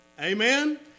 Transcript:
Amen